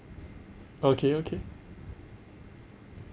okay okay